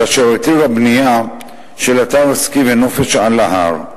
ואשר התירה בנייה של אתר סקי ונופש על ההר.